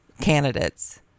candidates